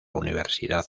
universidad